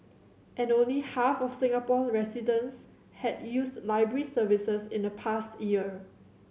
and only half of Singapore residents had used library services in the past year